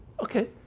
okay?